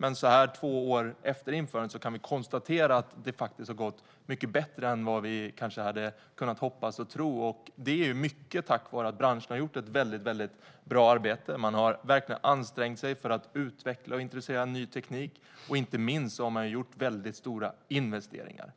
Men så här två år efter införandet kan vi konstatera att det faktiskt har gått mycket bättre än vad vi kanske hade kunnat hoppas och tro. Det är mycket tack vare att branschen har gjort ett väldigt bra arbete. Man har verkligen ansträngt sig för att utveckla och introducera ny teknik. Inte minst har man gjort väldigt stora investeringar.